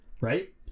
right